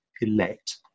elect